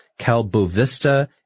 Calbovista